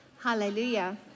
Hallelujah